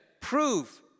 prove